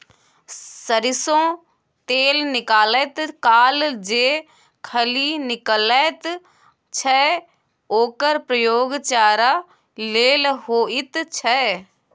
सरिसों तेल निकालैत काल जे खली निकलैत छै ओकर प्रयोग चारा लेल होइत छै